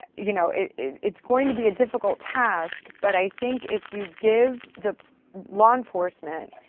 ah you know, it's going to be a difficult task-but i think if you give the law enforcement